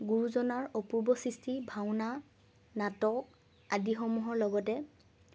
গুৰুজনাৰ অপূৰ্ব সৃষ্টি ভাওনা নাটক আদি সমূহৰ লগতে